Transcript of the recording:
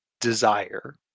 desire